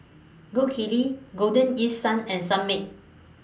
Gold Kili Golden East Sun and Sunmaid